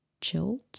chilled